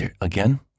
again